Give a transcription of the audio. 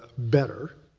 better.